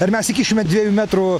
ar mes įkišime dviejų metrų